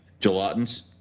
gelatins